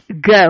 go